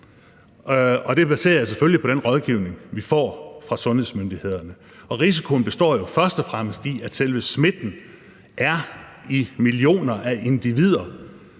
Det baserer jeg selvfølgelig på den rådgivning, vi får fra sundhedsmyndighederne. Risikoen består først og fremmest i, at selve smitten er i millioner af individer,